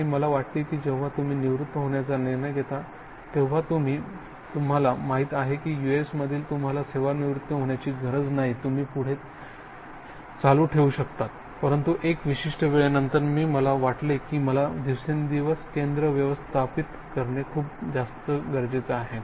आणि मला वाटते की जेव्हा तुम्ही निवृत्त होण्याचा निर्णय घेता तेव्हा तुम्हाला माहित आहे की यूएसमध्ये तुम्हाला सेवानिवृत्त होण्याची गरज नाही तुम्ही पुढे चालू ठेवू शकता परंतु एका विशिष्ट वेळेनंतर मी मला वाटले की मला दिवसेंदिवस केंद्र व्यवस्थापित करणे खूप जास्त आहे